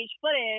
footage